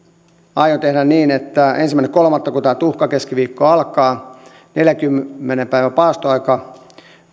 aion tehdä niin että ensimmäinen kolmatta kun tämä tuhkakeskiviikko ja neljänkymmenen päivän paastoaika alkaa